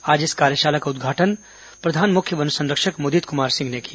आज इस कार्यशाला का उद्घाटन प्रधान मुख्य वन संरक्षक मुदित कुमार सिंह ने किया